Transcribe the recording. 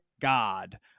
God